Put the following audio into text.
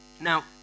Now